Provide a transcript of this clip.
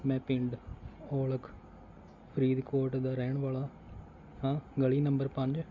ਮੈਂ ਪਿੰਡ ਔਲਖ ਫਰੀਦਕੋਟ ਦਾ ਰਹਿਣ ਵਾਲਾ ਹਾਂ ਗਲੀ ਨੰਬਰ ਪੰਜ